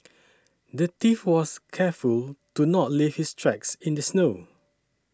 the thief was careful to not leave his tracks in the snow